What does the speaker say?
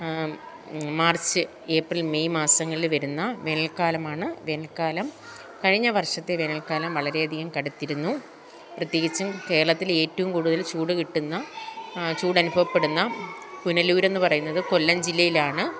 March April May മാസങ്ങളിൽ വരുന്ന വേനൽക്കാലമാണ് വേനൽക്കാലം കഴിഞ്ഞ വർഷത്തെ വേനൽക്കാലം വളരെ അധികം കടുത്തിരുന്നു പ്രത്യേകിച്ചും കേരളത്തിൽ ഏറ്റവും കൂടുതൽ ചൂട് കിട്ടുന്ന ചൂട് അനുഭവപ്പെടുന്ന പുനലൂരെന്ന് പറയുന്നത് കൊല്ലം ജില്ലയിലാണ്